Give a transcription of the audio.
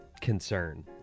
concern